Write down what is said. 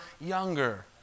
younger